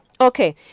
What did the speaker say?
Okay